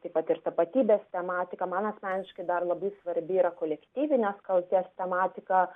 taip pat ir tapatybės tematika man asmeniškai dar labai svarbi yra kolektyvinės kaltės tematika